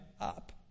up